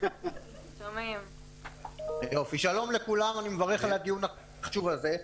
שלום לכולם, אני מברך על הדיון החשוב הזה.